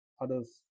others